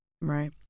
Right